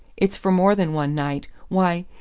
it's for more than one night why,